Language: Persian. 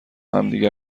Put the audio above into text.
همدیگر